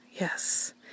Yes